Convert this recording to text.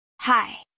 Hi